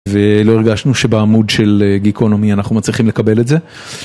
ולא הרגשנו שבעמוד של גיקונומי אנחנו מצליחים לקבל את זה.